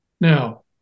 Now